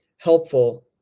helpful